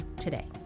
today